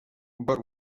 but